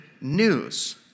news